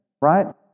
right